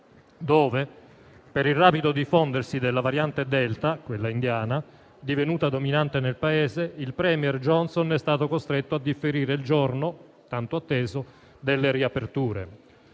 dove, per il rapido diffondersi della variante Delta, quella indiana, divenuta dominante nel Paese, il *premier* Johnson è stato costretto a differire il giorno tanto atteso delle riaperture.